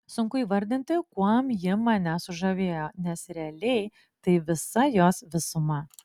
sunku įvardinti kuom ji mane sužavėjo nes realiai tai visa jos visuma